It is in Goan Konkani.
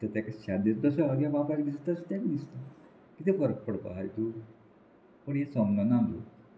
आतां ताका शादर तशें हाग्या बापायक दिसता तें दिसता कितें फरक पडपा हा तूं पूण हें समजना आमी